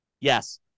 Yes